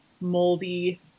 moldy